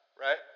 right